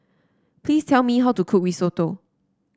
please tell me how to cook Risotto